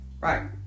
Right